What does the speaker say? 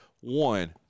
one